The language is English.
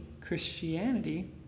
Christianity